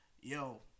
Yo